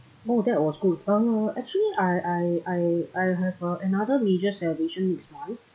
oh that was good uh actually I I I I have uh another major celebration this month